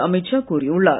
அமித் ஷா கூறியுள்ளார்